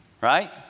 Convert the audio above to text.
right